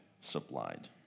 supplied